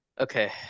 Okay